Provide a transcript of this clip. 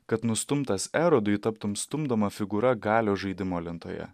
kad nustumtas erodui taptum stumdoma figūra galios žaidimo lentoje